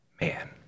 Man